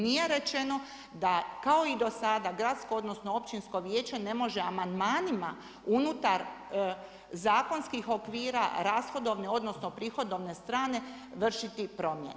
Nije rečeno da kao i do sada gradsko odnosno općinsko vijeće ne može amandmanima unutar zakonskih okvira rashodovne odnosno prihodovne strane vršiti promjene.